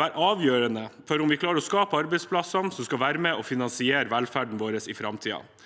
være avgjørende for om vi klarer å skape arbeidsplassene som skal være med på å finansiere velferden vår i framtiden.